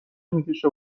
میکشه